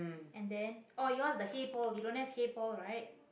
and then orh yours the hey paul you don't have hey paul right